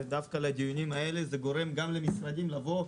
בדיונים כאלה זה גורם גם למשרדים לבוא,